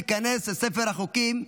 תיכנס לספר החוקים.